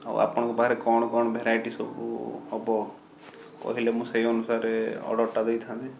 ଆଉ ଆପଣଙ୍କ ପାଖରେ କ'ଣ କ'ଣ ଭେରାଇଟି ସବୁ ହବ କହିଲେ ମୁଁ ସେଇ ଅନୁସାରେ ଅର୍ଡ଼ରଟା ଦେଇଥାନ୍ତି